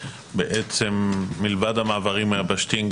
שמלבד המעברים היבשתיים,